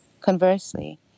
Conversely